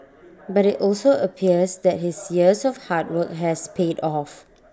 but IT also appears that his years of hard work has paid off